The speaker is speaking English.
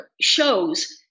shows